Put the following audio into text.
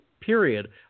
period